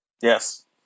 Yes